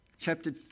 Chapter